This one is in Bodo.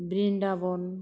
ब्रिन्दाबन